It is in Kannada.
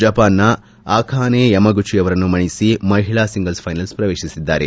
ಜಪಾನ್ನ ಅಖಾನೆ ಯಮಗುಚಿ ಅವರನ್ನು ಮಣಿಸಿ ಮಹಿಳಾ ಸಿಂಗಲ್ಪ್ ಫೈನಲ್ಗೆ ಪ್ರವೇಶಿಸಿದ್ದಾರೆ